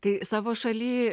kai savo šaly